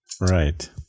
Right